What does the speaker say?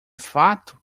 fato